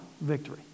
victory